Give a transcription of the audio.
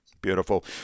Beautiful